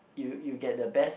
you you get the best